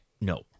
No